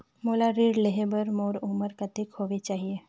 मोला ऋण लेहे बार मोर उमर कतेक होवेक चाही?